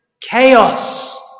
Chaos